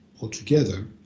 altogether